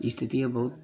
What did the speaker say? स्थितियाँ बहुत